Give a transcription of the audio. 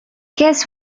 guess